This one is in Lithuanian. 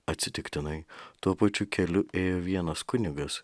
atsitiktinai tuo pačiu keliu ėjo vienas kunigas